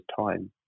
time